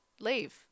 leave